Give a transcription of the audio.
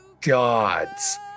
gods